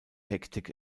hektik